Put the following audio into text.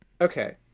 Okay